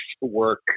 work